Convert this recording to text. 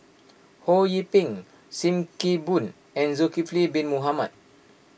Ho Yee Ping Sim Kee Boon and Zulkifli Bin Mohamed